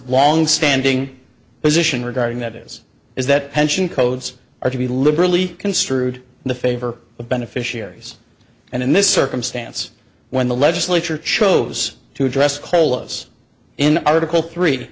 longstanding position regarding that is is that pension codes are to be liberally construed in the favor of beneficiaries and in this circumstance when the legislature chose to address call us in article three